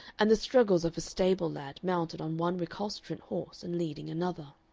and the struggles of a stable lad mounted on one recalcitrant horse and leading another.